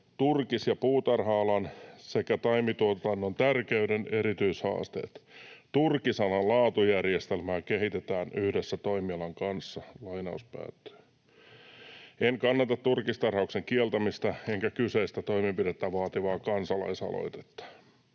turkis‑ ja puutarha-alan sekä taimituotannon, tärkeyden ja erityishaasteet. Turkisalan laatujärjestelmiä kehitetään yhdessä toimialan kanssa.” En kannata turkistarhauksen kieltämistä enkä kyseistä toimenpidettä vaativaa kansalaisaloitetta.